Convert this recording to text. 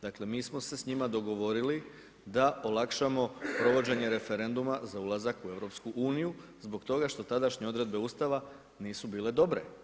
Dakle, mi smo se s njima dogovorili da olakšamo provođenje referenduma za ulazak u EU-u zbog toga što tadašnje odredbe Ustava nisu bile dobre.